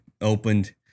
opened